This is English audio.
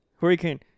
Hurricane